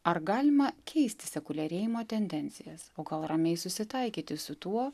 ar galima keisti sekuliarėjimo tendencijas o gal ramiai susitaikyti su tuo